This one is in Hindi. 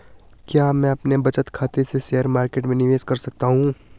क्या मैं अपने बचत खाते से शेयर मार्केट में निवेश कर सकता हूँ?